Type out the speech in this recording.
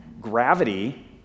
gravity